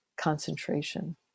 concentration